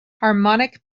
harmonic